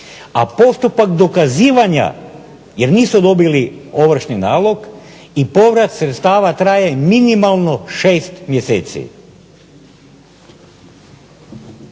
A postupak dokazivanja jer nisu dobili ovršni nalog, i povrat sredstava traje minimalno 6 mjeseci.